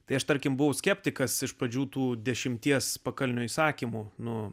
tai aš tarkim buvau skeptikas iš pradžių tų dešimties pakalnio įsakymu nuo